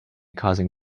causing